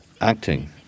acting